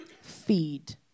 feed